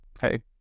Hey